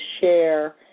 share